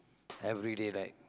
everyday right